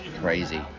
crazy